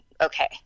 okay